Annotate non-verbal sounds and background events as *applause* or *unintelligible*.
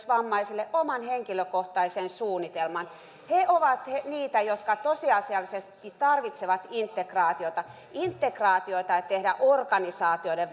*unintelligible* vammaisille oman henkilökohtaisen suunnitelman he ovat niitä jotka tosiasiallisestikin tarvitsevat integraatiota integraatiota ei tehdä organisaatioiden *unintelligible*